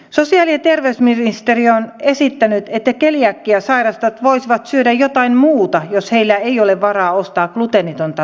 sosiaali ja terveysministeriö on esittänyt että keliakiaa sairastavat voisivat syödä jotain muuta jos heillä ei ole varaa ostaa gluteenitonta ruokaa